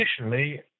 Additionally